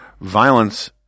violence